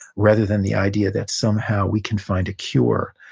rather than the idea that somehow, we can find a cure,